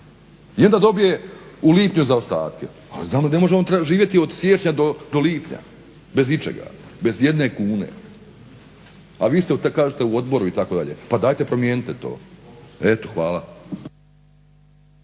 onda dobije u lipnju zaostatke. Ali ne može on, treba živjeti od siječnja do lipnja bez ičega, bez ijedne kune. A vi ste kažete u odboru itd. Pa dajte promijenite to. Eto, hvala.